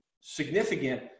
significant